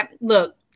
look